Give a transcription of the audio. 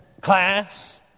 class